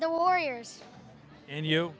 the warriors and you